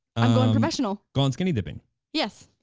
i'm going professional. gone skinny dipping yes.